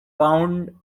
wound